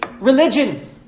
religion